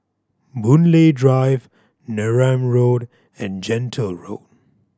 Boon Lay Drive Neram Road and Gentle Road